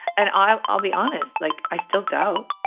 and i'll i'll be honest. like, i still doubt